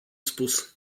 spus